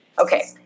Okay